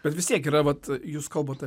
bet vis tiek yra vat jūs kalbat